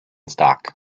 stock